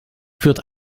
führt